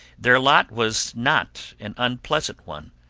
their lot was not an unpleasant one.